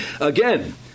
again